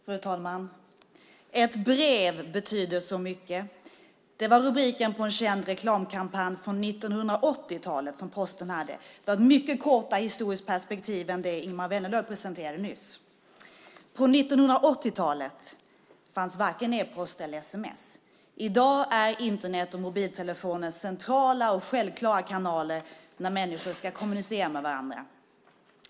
Fru talman! "Ett brev betyder så mycket". Det var rubriken på en känd reklamkampanj som Posten hade på 1980-talet. Det var ett mycket kortare historiskt perspektiv än det Ingemar Vänerlöv presenterade nyss! På 1980-talet fanns varken e-post eller sms. I dag är Internet och mobiltelefon självklara och centrala kanaler när människor ska kommunicera med varandra.